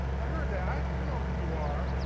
i heard that, you know who you are.